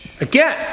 Again